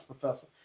professor